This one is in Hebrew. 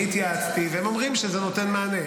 אני התייעצתי, והם אומרים שזה נותן מענה.